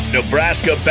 Nebraska